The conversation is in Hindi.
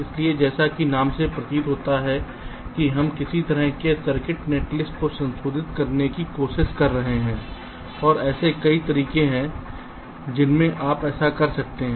इसलिए जैसा कि नाम से प्रतीत होता है कि हम किसी तरह से सर्किट नेटलिस्ट को संशोधित करने की कोशिश कर रहे हैं और ऐसे कई तरीके हैं जिनमें आप ऐसा कर सकते हैं